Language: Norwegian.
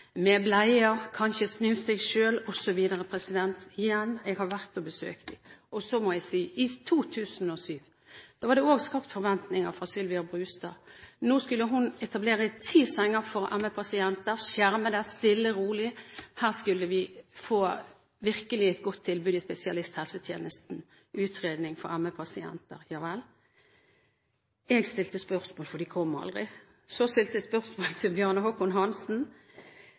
med bleier, kanskje problemer med å snu seg selv osv. – igjen, jeg har vært og besøkt dem. Så må jeg si at i 2007 var det også skapt forventninger fra Sylvia Brustad. Nå skulle hun etablere ti senger for ME-pasienter, skjermede, stille, rolig, her skulle vi virkelig få et godt tilbud i spesialisthelsetjenesten, utredning for ME-pasienter. Ja vel. Jeg stilte spørsmål, for de sengene kom aldri. Så stilte jeg spørsmålet til Bjarne